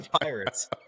pirates